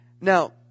Now